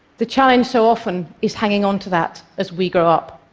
the challenge, so often, is hanging on to that as we grow up.